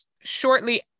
shortly